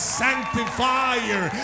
sanctifier